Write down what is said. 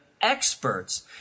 experts